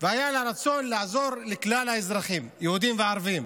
היה לה רצון לעזור לכלל האזרחים, יהודים וערבים.